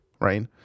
right